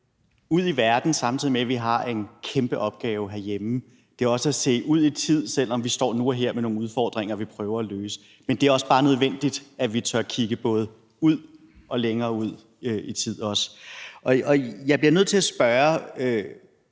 ud i verden, og at vi samtidig har en kæmpe opgave herhjemme. Det er også at se ud i fremtiden, selv om vi står nu og her med nogle udfordringer, vi prøver at løse. Men det er også bare nødvendigt, at vi tør kigge både ud og også længere ud i fremtiden. Jeg bliver nødt til at spørge